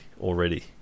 already